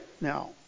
Now